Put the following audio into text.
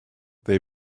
they